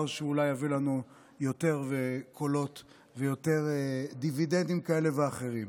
שאולי יביא לנו יותר קולות ויותר דיווידנדים כאלה ואחרים.